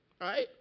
right